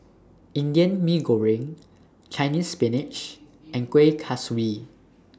Indian Mee Goreng Chinese Spinach and Kuih Kaswi